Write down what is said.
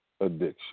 addiction